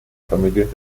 familias